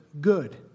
good